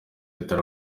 talent